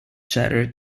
cheddar